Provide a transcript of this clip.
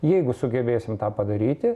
jeigu sugebėsim tą padaryti